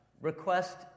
request